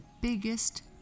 biggest